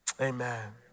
amen